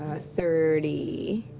ah thirty